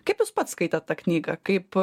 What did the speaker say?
kaip jūs pats skaitot tą knygą kaip